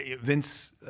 Vince